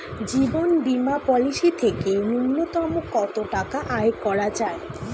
জীবন বীমা পলিসি থেকে ন্যূনতম কত টাকা আয় করা যায়?